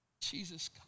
Jesus